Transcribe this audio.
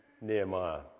Nehemiah